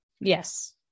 Yes